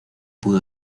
pudo